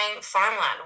farmland